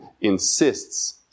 insists